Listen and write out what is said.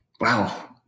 Wow